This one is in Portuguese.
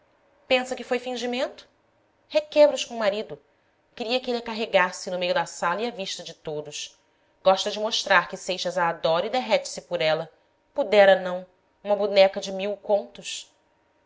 pensa que foi fingimento requebros com o marido queria que ele a carregasse no meio da sala e à vista de todos gosta de mostrar que seixas a adora e derrete se por ela pudera não uma boneca de mil contos